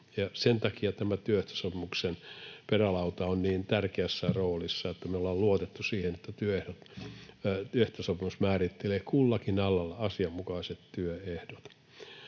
Sen takia tämä työehtosopimuksen perälauta on niin tärkeässä roolissa. Me ollaan luotettu siihen, että työehtosopimus määrittelee kullakin alalla asianmukaiset työehdot.